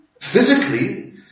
physically